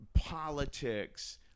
politics